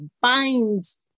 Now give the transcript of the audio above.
binds